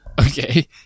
okay